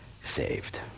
saved